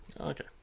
Okay